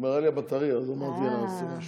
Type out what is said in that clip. נגמרה לי הבטרייה אז אמרתי שנעשה משהו.